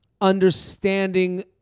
understanding